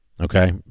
okay